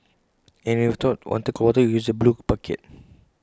and if you wanted cold water you use the blue bucket